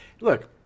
look